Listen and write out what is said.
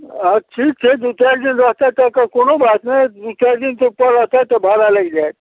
हँ ठीक छै दू चारि दिन रहतइ तकर कोनो बात नहि दू चारि दिनसँ उपर रहतइ तऽ भाड़ा लागि जायत